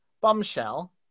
Bombshell